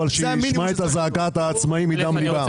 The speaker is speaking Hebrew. אבל שישמע את זעקת העצמאים מדם ליבם.